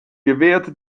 gewährte